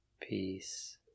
Peace